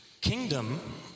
Kingdom